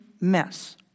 mess